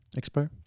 Expo